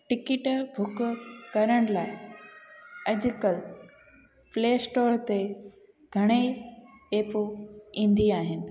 ticket book करण लाइ अॼुकल्ह प्ले स्टोर ते घणेई एप ईंदी आहिनि